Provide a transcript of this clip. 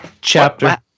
Chapter